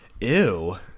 ew